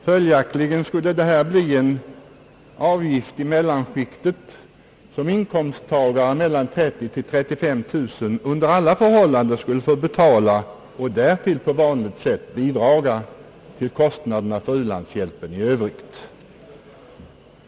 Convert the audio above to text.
Följaktligen skulle det bli en avgift, som mellanskiktet, inkomsttagare mellan 30 000 —35 000 kronor, under alla förhållanden skulle få betala och därtill på vanligt sätt bidraga till kostnaden för ulandshjälpen i övrigt.